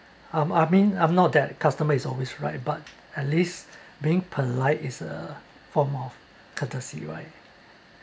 I mean I'm not that customer is always right but at least being polite is a form of courtesy right